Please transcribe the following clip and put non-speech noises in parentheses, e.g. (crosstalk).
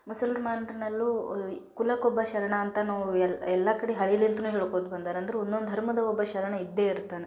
ಮುಸಲ್ಮಾನ್ರಲ್ಲೂ ಕುಲಕ್ಕೊಬ್ಬ ಶರಣ ಅಂತ ನಾವು ಎಲ್ಲ ಎಲ್ಲ ಕಡೆ (unintelligible) ಹೇಳ್ಕೋತ ಬಂದಾರೆ ಅಂದ್ರೆ ಒಂದೊಂದು ಧರ್ಮದ ಒಬ್ಬ ಶರಣ ಇದ್ದೇ ಇರ್ತಾನೆ